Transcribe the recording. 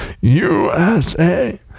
USA